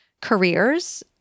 careers